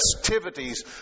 festivities